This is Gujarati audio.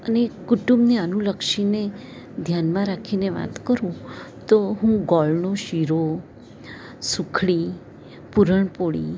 અને કુટુંબને અનુલક્ષીને ધ્યાનમાં રાખીને વાત કરું તો હું ગોળનો શીરો સુખડી પૂરણપોળી